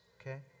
Okay